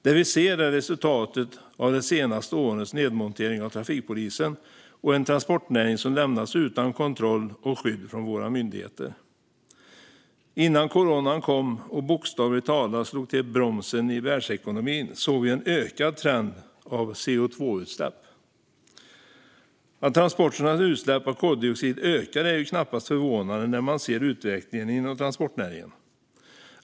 Det vi ser är resultatet av de senaste årens nedmontering av trafikpolisen och en transportnäring som lämnats utan kontroll och skydd från våra myndigheter. Innan coronan kom och slog till bromsen i världsekonomin såg vi en trend av ökande CO2-utsläpp. Att transporternas utsläpp av koldioxid ökar är ju knappast förvånande när man ser utvecklingen inom transportnäringen.